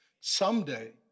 someday